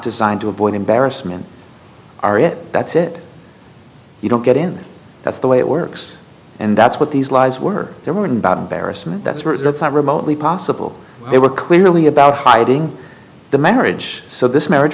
designed to avoid embarrassment are it that's it you don't get in that's the way it works and that's what these lies were they were written about barrister that's not remotely possible they were clearly about hiding the marriage so this marriage